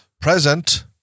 Present